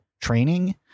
training